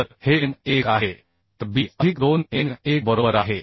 तर हे n1 आहे तर B अधिक 2 n1 बरोबर आहे